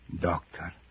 Doctor